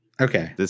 Okay